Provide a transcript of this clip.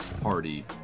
party